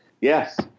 Yes